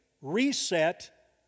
Reset